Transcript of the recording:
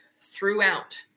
throughout